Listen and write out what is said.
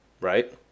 right